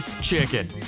chicken